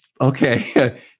okay